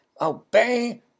obey